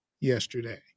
yesterday